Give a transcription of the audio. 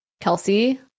Kelsey